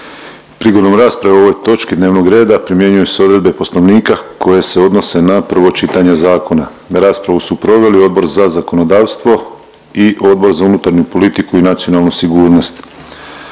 Prigodom rasprave o ovoj točki dnevnog reda primjenjuju se odredbe Poslovnika koje se odnose na prvo čitanje zakona. Raspravu su proveli Odbor za zakonodavstvo i Odbor za unutarnju politiku i nacionalnu sigurnost.